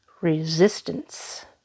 resistance